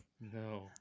No